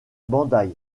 bandai